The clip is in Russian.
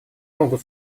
могут